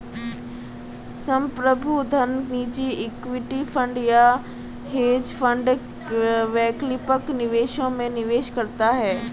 संप्रभु धन निजी इक्विटी फंड या हेज फंड वैकल्पिक निवेशों में निवेश करता है